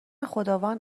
خداوند